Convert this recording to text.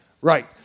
Right